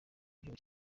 gihugu